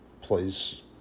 place